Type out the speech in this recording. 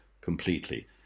completely